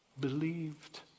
believed